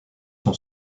sont